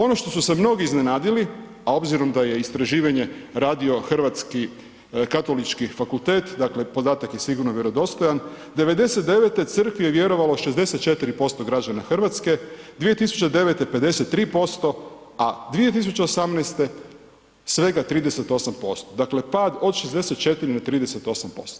Ono što su se mnogi iznenadili, a obzirom da je istraživanje radio Hrvatski katolički fakultet, dakle, podatak je sigurno vjerodostojan, 1999. crkvi je vjerovalo 64% građana RH, 2009. 53%, a 2018. svega 38%, dakle, pad od 64 na 38%